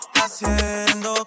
haciendo